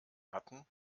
hatten